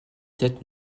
sept